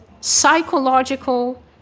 psychological